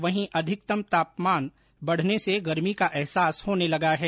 वहीं अधिकतम तापमान बढ़ने से गर्मी का अहसास होने लगा है